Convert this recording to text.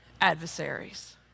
adversaries